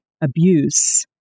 abuse